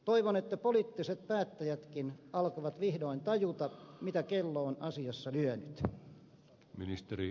toivon että poliittiset päättäjätkin alkavat vihdoin tajuta mitä kello on asiassa lyönyt